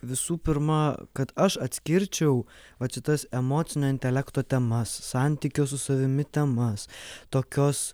visų pirma kad aš atskirčiau va čia tas emocinio intelekto temas santykio su savimi temas tokios